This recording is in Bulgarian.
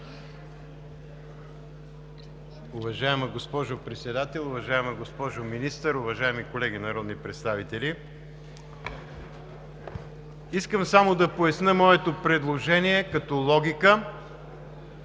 Уважаема госпожо Председател, уважаема госпожо Министър, уважаеми колеги народни представители! Искам само да поясня моето предложение, като логика